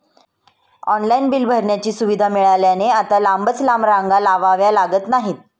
online bill भरण्याची सुविधा मिळाल्याने आता लांबच लांब रांगा लावाव्या लागत नाहीत